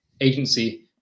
agency